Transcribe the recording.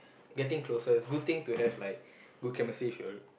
getting closer it's good thing to have like good chemistry with your